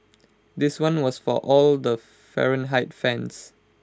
this one was for all the Fahrenheit fans